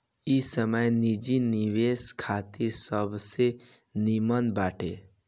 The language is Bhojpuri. इ समय निजी निवेश खातिर सबसे निमन बाटे